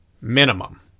minimum